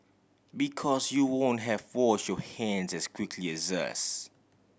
because you won't have wash your hands as quickly as us